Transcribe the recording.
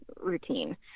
routine